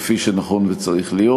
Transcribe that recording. כפי שנכון וצריך להיות.